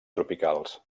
tropicals